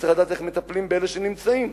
צריך לדעת איך מטפלים באלה שנמצאים.